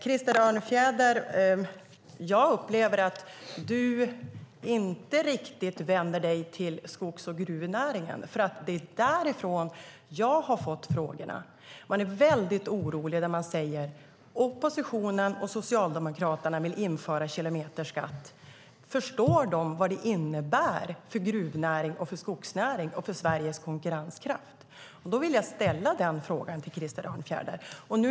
Jag upplever att du, Krister Örnfjäder, inte riktigt vänder dig till skogs och gruvnäringarna. Det är nämligen därifrån som jag har fått frågor. De är väldigt oroliga och säger: Oppositionen och Socialdemokraterna vill införa kilometerskatt. Förstår de vad det innebär för gruvnäring, för skogsnäring och för Sveriges konkurrenskraft? Då vill jag ställa den frågan till Krister Örnfjäder.